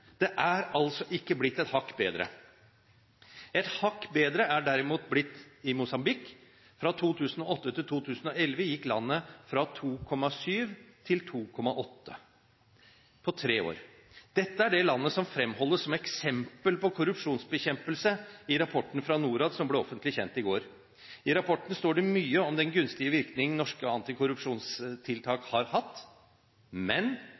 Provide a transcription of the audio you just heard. Det er altså ikke blitt et hakk bedre. Et hakk bedre er det derimot blitt i Mosambik. Fra 2008 til 2011 gikk landet fra 2,7 til 2,8 – på tre år. Dette er det landet som fremholdes som eksempel på korrupsjonsbekjempelse i rapporten fra Norad som ble offentlig kjent i går. I rapporten står det mye om den gunstige virkningen norske antikorrupsjonstiltak har hatt, men